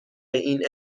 این